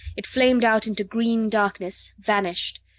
it flamed out into green darkness, vanished,